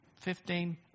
fifteen